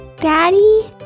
Daddy